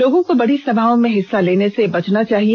लोगों को बड़ी सभाओं में हिस्सा लेने से बचना चाहिए